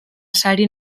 sari